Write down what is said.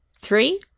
three